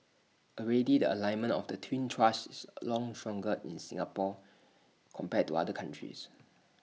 already the alignment of the twin thrusts is A long stronger in Singapore compared to other countries